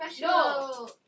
No